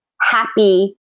happy